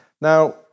Now